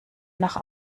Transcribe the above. nach